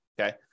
Okay